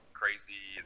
crazy